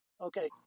okay